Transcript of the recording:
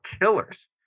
killers